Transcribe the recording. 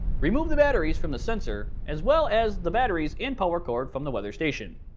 remove the batteries from the sensor, as well as, the batteries and power cord from the weather station.